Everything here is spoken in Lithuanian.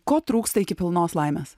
ko trūksta iki pilnos laimės